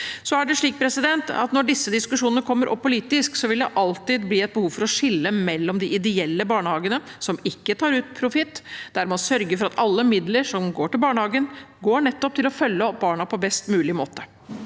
statsrådens side. Når disse diskusjonene kommer opp politisk, vil det alltid bli et behov for å skille mellom de ideelle barnehagene, som ikke tar ut profitt, der man sørger for at alle midler som går til barnehagen, går nettopp til å følge opp barna på best mulig måte,